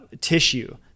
tissue